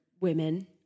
women